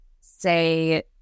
say